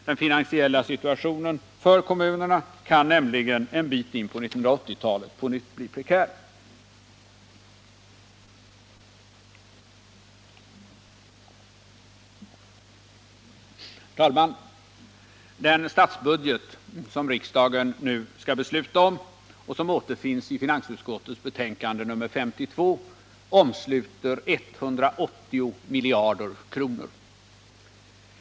Den finansiella situationen för kommunerna kan nämligen en bit in på 1980-talet på nytt bli prekär. Herr talman! Den statsbudget som riksdagen nu skall besluta om och som återfinns i finansutskottets betänkande 52 omsluter 180 miljarder kronor.